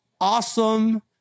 awesome